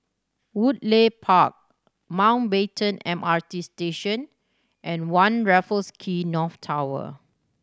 Woodleigh Park Mountbatten M R T Station and One Raffles Quay North Tower